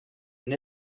and